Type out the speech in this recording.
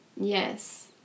Yes